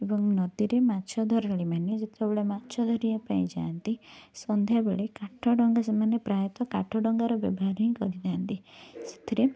ଏବଂ ନଦୀରେ ମାଛ ଧରାଳୀମାନେ ଯେତେବେଳେ ମାଛ ଧରିବା ପାଇଁ ଯାଆନ୍ତି ସନ୍ଧ୍ୟାବେଳେ କାଠ ଡଙ୍ଗା ସେମାନେ ପ୍ରାୟତଃ କାଠ ଡଙ୍ଗାର ବ୍ୟବହାର ହିଁ କରିଥାନ୍ତି ସେଥିରେ